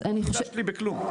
לא חידשת לי בכלום.